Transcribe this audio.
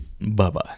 Bye-bye